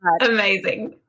amazing